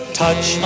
touch